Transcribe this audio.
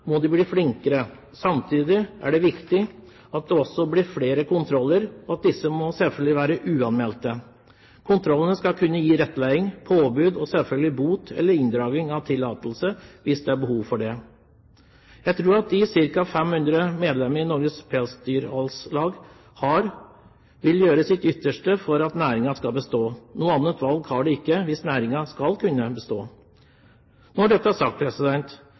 må de bli flinkere. Samtidig er det viktig at det også blir flere kontroller, og disse må selvfølgelig være uanmeldte. Ved kontrollene skal man kunne gi rettledning, påbud og selvfølgelig bøter eller inndragning av tillatelse, hvis det er behov for det. Jeg tror at de ca. 500 medlemmene Norges Pelsdyralslag har, vil gjøre sitt ytterste for at næringen skal bestå. Noe annet valg har de ikke hvis næringen skal kunne bestå. Når dette er sagt,